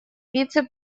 вице